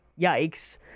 yikes